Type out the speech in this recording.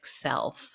self